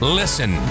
listen